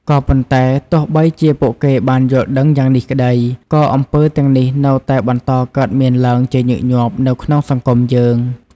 ក៏ប៉ុន្តែ ទោះបីជាពួកគេបានយល់ដឹងយ៉ាងនេះក្ដី ក៏អំពើទាំងនេះនៅតែបន្តកើតមានឡើងជាញឹកញាប់នៅក្នុងសង្គមយើង។